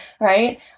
right